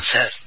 Sir